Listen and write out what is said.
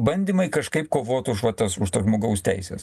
bandymai kažkaip kovot už va tas žmogaus teises